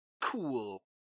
Cool